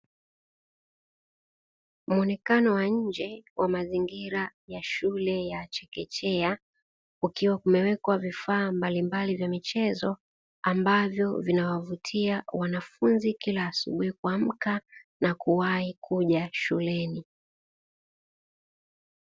Muonekano wa nje wa mazingira ya shule ya chekechea, ukiwa kumewekwa vifaa mbalimbali vya michezo, ambavyo vinawavutia wanafunzi kila asubuhi kuamka na kuwahi kuja shuleni.